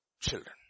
Children